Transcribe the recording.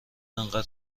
انقدر